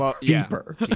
deeper